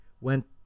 went